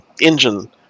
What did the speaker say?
engine